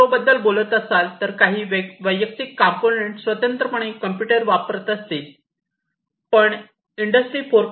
० बद्दल बोलत असाल तर काही वैयक्तिक कंपोनेंट स्वतंत्रपणे स्वतंत्र कॉम्प्युटर वापरत असतील पण उद्योग 4